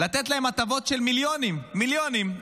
לתת להם הטבות של מיליונים, מיליונים.